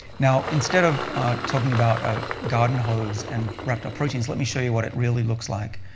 now, instead of talking about a garden hose and wrapped up proteins, let me show you what it really looks like.